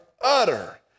utter